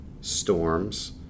storms